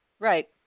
Right